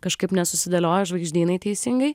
kažkaip nesusidėliojo žvaigždynai teisingai